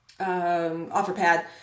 OfferPad